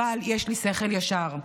אבל יש לי שכל ישר.